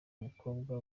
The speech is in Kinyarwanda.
umukobwa